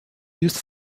used